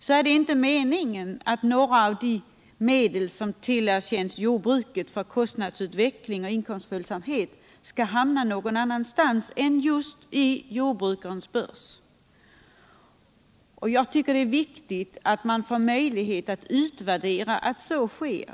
Då är det inte meningen att något av de medel som tillerkänts jordbruket för kostnadsutveckling och inkomstföljsamhet skall hamna någon annanstans än just i jordbrukarens börs — och det är viktigt att få möjlighet att utvärdera att så sker.